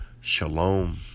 shalom